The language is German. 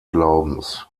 glaubens